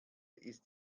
ist